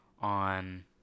on